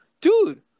Dude